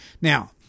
Now